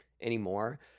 anymore